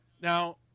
Now